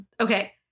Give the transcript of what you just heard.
okay